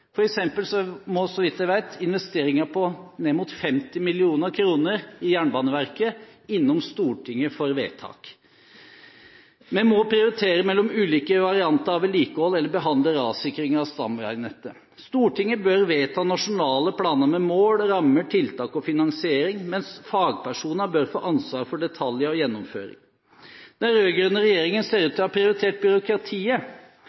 må, så vidt jeg vet, investeringer på ned mot 50 mill. kr i Jernbaneverket innom Stortinget for vedtak. Vi må prioritere mellom ulike varianter av vedlikehold, eller behandle rassikring av stamveinettet. Stortinget bør vedta nasjonale planer med mål, rammer, tiltak og finansiering, mens fagpersonene bør få ansvaret for detaljene og gjennomføringen. Den rød-grønne regjeringen ser ut